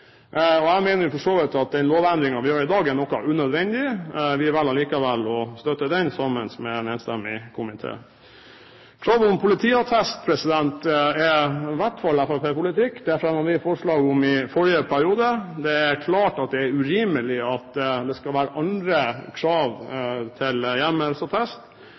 Jeg mener for så vidt at den lovendringen vi gjør i dag, er noe unødvendig. Vi velger likevel å støtte den sammen med resten av komiteen. Krav om politiattest er i hvert fall fremskrittspartipolitikk. Det fremmet vi forslag om i forrige periode. Det er klart at det er urimelig at det skal være andre krav til vandelsattest ved offentlige skoler enn ved musikk- og